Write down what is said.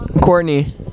Courtney